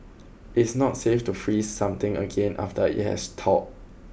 it's not safe to freeze something again after it has thawed